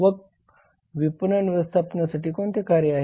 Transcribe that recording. मग विपणन व्यवस्थापनासाठी कोणती कार्ये आहेत